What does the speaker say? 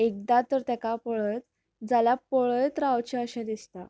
एकदा तर ताका पळयत जाल्यार पळयत रावचें अशें दिसता